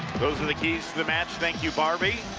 those are the keys to the match. thank you, barbie.